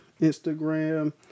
Instagram